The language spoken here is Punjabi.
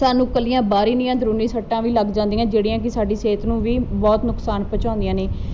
ਸਾਨੂੰ ਕੱਲੀਆਂ ਬਾਹਰੀ ਨੀ ਅੰਦਰੂਨੀ ਸੱਟਾਂ ਵੀ ਲੱਗ ਜਾਂਦੀਆਂ ਜਿਹੜੀਆਂ ਕੀ ਸਾਡੀ ਸਿਹਤ ਨੂੰ ਵੀ ਬਹੁਤ ਨੁਕਸਾਨ ਪਹੁੰਚਾਉਂਦੀਆਂ ਨੇ